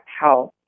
health